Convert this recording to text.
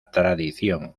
tradición